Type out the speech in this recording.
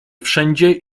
wszędzie